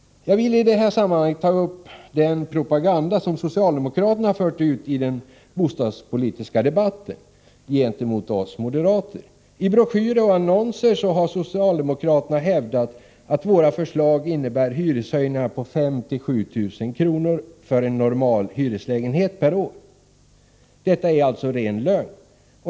Jag vill i det här sammanhanget ta upp den propaganda som socialdemokraterna bedrivit i den bostadspolitiska debatten mot oss moderater. I broschyrer och annonser har socialdemokraterna hävdat att våra förslag innebär hyreshöjningar på 5 000-7 000 kr. per år för en normal hyreslägenhet. Detta är ren lögn.